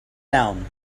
down